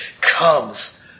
comes